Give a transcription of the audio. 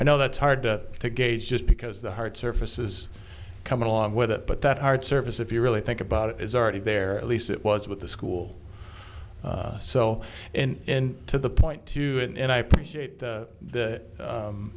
i know that's hard to gauge just because the hard surface is coming along with it but that hard surface if you really think about it is already there at least it was with the school so and to the point to it and i appreciate the th